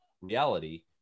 reality